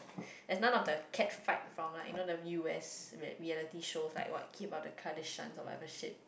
there's none of the cat fight from like you know the U_S reali~ reality shows like what Keep-Up-With-The-Kardashians or whatever shit